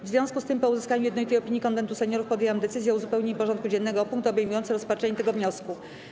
W związku z tym, po uzyskaniu jednolitej opinii Konwentu Seniorów, podjęłam decyzję o uzupełnieniu porządku dziennego o punkt obejmujący rozpatrzenie tego wniosku.